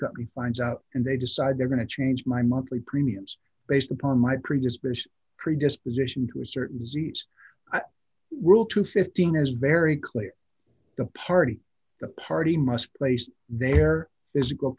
company finds out and they decide they're going to change my monthly premiums based upon my previous predisposition to a certain rule to fifteen is very clear the party the party must place there is a g